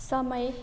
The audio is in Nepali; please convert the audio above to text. समय